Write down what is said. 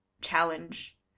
challenge